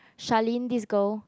Shalynn this girl